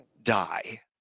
die